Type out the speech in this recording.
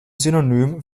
synonym